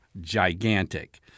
gigantic